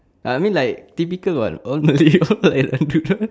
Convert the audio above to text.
I mean like typical [what] all malay all malay dollop lah